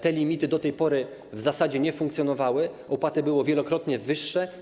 Te limity do tej pory w zasadzie nie funkcjonowały, opłaty były wielokrotnie wyższe.